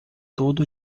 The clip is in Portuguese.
tudo